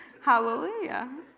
hallelujah